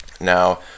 Now